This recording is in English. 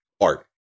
art